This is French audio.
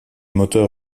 moteurs